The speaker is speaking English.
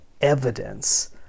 evidence